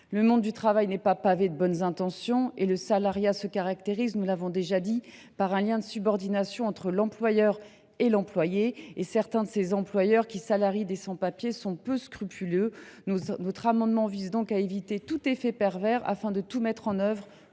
Le monde du travail n’est pas pavé de bonnes intentions et le salariat se caractérise par un lien de subordination entre l’employeur et l’employé. Certains des employeurs qui salarient des sans papiers sont peu scrupuleux. Notre amendement vise à éviter tout effet pervers afin de mettre fin aux